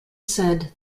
said